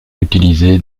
utilisée